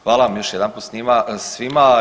Hvala vam još jedanput svima.